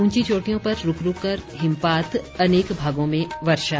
ऊंची चोटियों पर रूक रूक कर हिमपात अनेक भागों में वर्षा